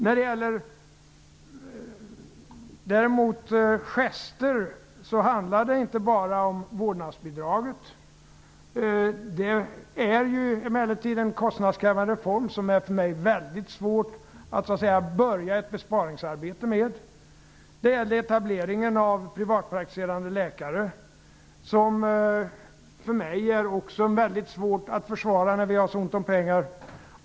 När det däremot gäller gester handlar det inte om t.ex. vårdnadsbidraget. Det är en kostnadskrävande reform som det är väldigt svårt för mig att börja ett besparingsarbete med. Etableringen av privatpraktiserande läkare är det också väldigt svårt för mig att försvara när vi har så ont om pengar.